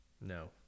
no